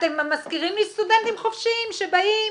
אתם מזכירים לי סטודנטים חופשיים שבאים,